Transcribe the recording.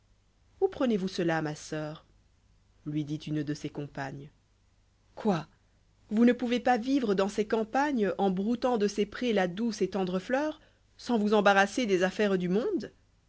où prenez-vous cela ma soeur lui dit une de ses compagnes quoi vous ne pouvez pas vivre dans ces campagnes en broutant de ces prés ia douce et tendre fleur sans vous embarrasser des affaires du monde